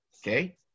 okay